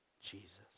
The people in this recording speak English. Jesus